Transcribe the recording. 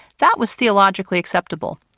that was theologically acceptable.